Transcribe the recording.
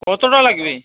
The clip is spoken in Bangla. কতটা লাগবে